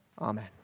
Amen